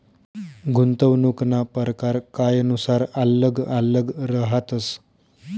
गुंतवणूकना परकार कायनुसार आल्लग आल्लग रहातस